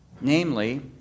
Namely